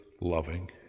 loving